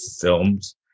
films